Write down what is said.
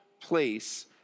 place